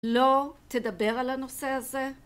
לא תדבר על הנושא הזה